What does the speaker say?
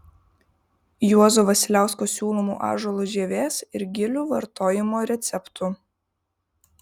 juozo vasiliausko siūlomų ąžuolo žievės ir gilių vartojimo receptų